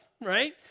right